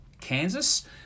Kansas